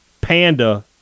Panda